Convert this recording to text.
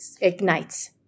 ignites